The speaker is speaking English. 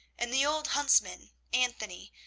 and the old huntsman, anthony,